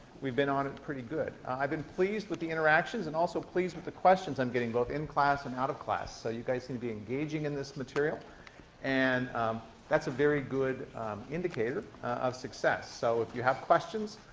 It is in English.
we've been on it pretty good. i've been pleased with the interactions and also pleased with the questions i'm getting, both in class and out of class. so you guys seem to be engaging in this material and that's a very good indicator of success. so if you have questions,